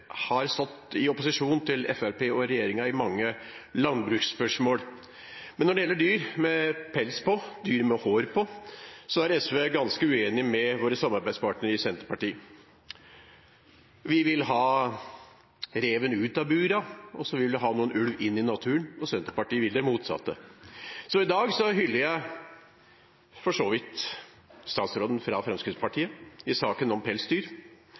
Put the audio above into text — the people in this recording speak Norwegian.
har stått i opposisjon til Fremskrittspartiet og regjeringen i mange landbruksspørsmål. Men når det gjelder dyr med pels på, dyr med hår på, er vi i SV ganske uenige med våre samarbeidspartnere i Senterpartiet. Vi vil ha reven ut av burene, og så vil vi ha noen ulv i naturen, og Senterpartiet vil det motsatte. Så i dag hyller jeg for så vidt statsråden fra Fremskrittspartiet i saken om pelsdyr.